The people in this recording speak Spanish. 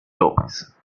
lopez